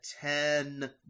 ten